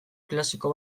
klasiko